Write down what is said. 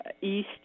East